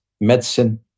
medicine